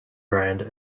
brand